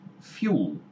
fuel